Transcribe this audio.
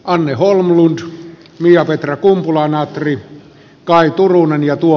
anne holmlund miapetra kumpula natri kaj turunen ja tuo